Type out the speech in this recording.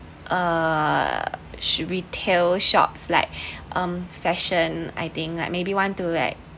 err retail shops like um fashion I think like maybe want to like